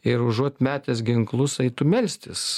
ir užuot metęs ginklus eitų melstis